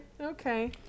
Okay